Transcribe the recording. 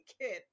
kid